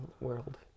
World